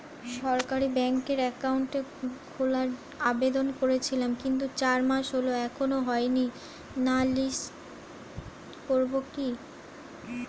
সরকারি ব্যাংকে একাউন্ট খোলার আবেদন করেছিলাম কিন্তু চার মাস হল এখনো হয়নি নালিশ করব কি?